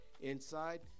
inside